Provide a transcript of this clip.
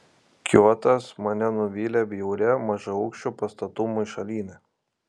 kiotas mane nuvylė bjauria mažaaukščių pastatų maišalyne